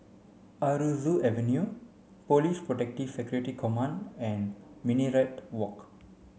Aroozoo Avenue Police Protective Security Command and Minaret Walk